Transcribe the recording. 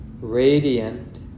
radiant